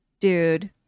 Dude